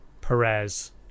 Perez